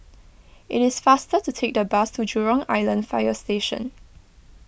it is faster to take the bus to Jurong Island Fire Station